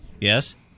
Yes